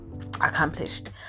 accomplished